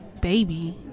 Baby